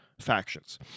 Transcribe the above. factions